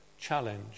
challenge